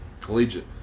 collegiate